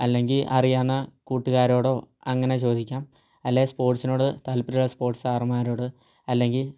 അല്ലെങ്കിൽ അറിയാവുന്ന കുട്ടുകാരോടോ അങ്ങനെ ചോദിക്കാം അല്ലെങ്കിൽ സ്പോർട്സിനോട് താല്പര്യമുള്ള സ്പോർട്സ് സാറന്മാരോട് അല്ലെങ്കിൽ